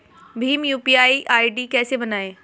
Bhim UPI ID कैसे बनाएं?